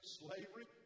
slavery